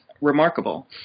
remarkable